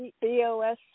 b-o-s